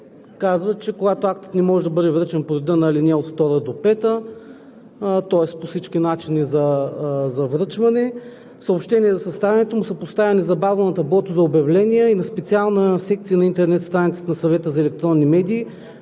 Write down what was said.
казва: „Когато актът не може да бъде връчен по реда на ал. 2 – 5, тоест по всички начини за връчване, съобщение за съставянето му се поставя незабавно на таблото за обявления и на специална секция на интернет страницата на Съвета за електронни медии,